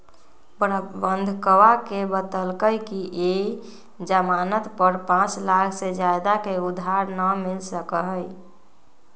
प्रबंधकवा ने बतल कई कि ई ज़ामानत पर पाँच लाख से ज्यादा के उधार ना मिल सका हई